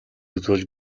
үзүүлж